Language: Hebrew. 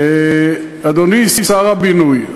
אדוני שר הבינוי,